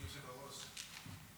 אדוני היושב-ראש,